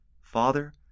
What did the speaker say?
Father